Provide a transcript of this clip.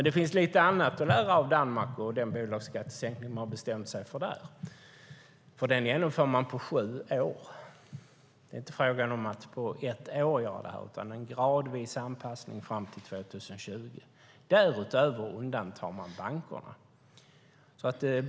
Det finns lite annat att lära av Danmark och den bolagsskattesänkning man har bestämt sig för där. Den genomför man på sju år. Det är inte fråga om att göra det här på ett år, utan det är en gradvis anpassning fram till 2020. Därutöver undantar man bankerna.